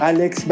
Alex